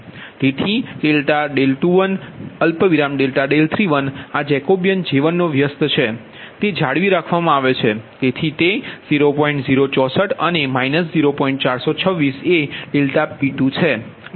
તેથી ∆21 ∆31 આ જેકોબીયન J1નો વ્યસ્ત છે તે જાળવી રાખવામાં આવે છે